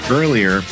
earlier